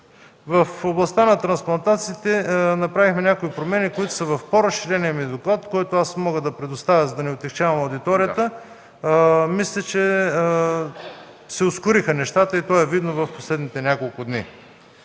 В областта на трансплантациите направихме някои промени, които са дадени в по-разширения ми доклад, който мога да предоставя, за да не отегчавам аудиторията. Мисля, че нещата се ускориха и това е видно през последните няколко дни.